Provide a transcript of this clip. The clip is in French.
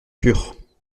pures